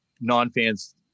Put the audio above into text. non-fans